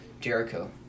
Jericho